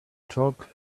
talk